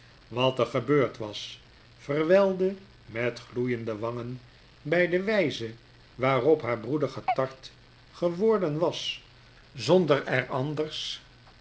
zuiveren water gebeurd was verwylde met gloeiende wangen by de wyze waarop haar broeder getart geworden was zonder er anders